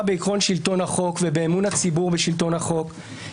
בעקרון שלטון החוק ובאמון הציבור בשלטון החוק,